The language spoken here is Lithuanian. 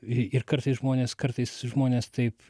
ir kartais žmonės kartais žmonės taip